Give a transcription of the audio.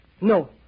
No